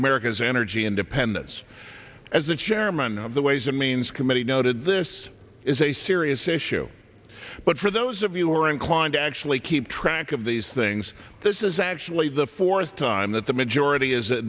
america's energy independence as the chairman of the ways and means committee noted this is a serious issue but for those of you are inclined to actually keep track of these things this is actually the fourth time that the majority is